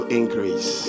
increase